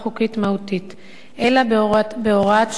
אלא בהוראת שעה, במשך שנה נוספת.